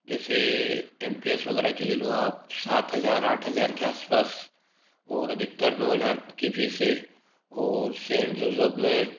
जैसे M P S वगैरह के ले लो आप सात हजार आठ हजार के आसपास और अधिकतर नौ हजार की फीस है और सेंट जोसेफ में